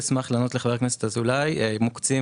אני אשמח לענות לחבר הכנסת אזולאי מוקצים